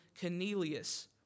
Cornelius